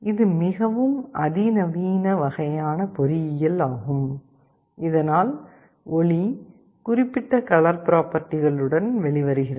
இது மிகவும் அதிநவீன வகையான பொறியியல் ஆகும் இதனால் ஒளி குறிப்பிட்ட கலர் பிராப்பர்டிகளுடன் வெளிவருகிறது